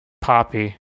poppy